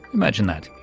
imagine that.